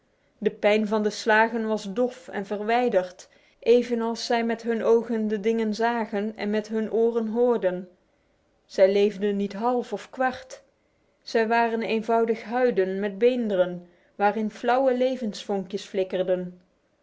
de pijn van de slagen was dof en verwijderd evenals zij met hun ogen de dingen zagen en met hun oren hoorden zij leefden eigenlijk maar voor een deel zij waren eenvoudig huiden met beenderen waarin flauwe levensvonkjes flikkerden